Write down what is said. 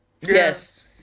Yes